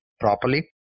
properly